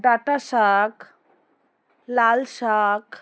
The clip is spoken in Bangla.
ডাঁটা শাক লাল শাক